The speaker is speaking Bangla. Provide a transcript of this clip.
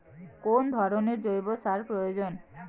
কোন ধরণের জৈব সার প্রয়োজন?